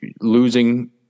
losing